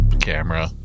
camera